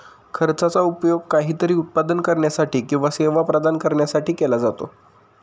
खर्चाचा उपयोग काहीतरी उत्पादन करण्यासाठी किंवा सेवा प्रदान करण्यासाठी केला जातो